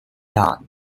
young